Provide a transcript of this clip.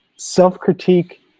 Self-critique